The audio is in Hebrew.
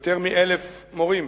יותר מ-1,000 מורים,